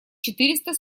четыреста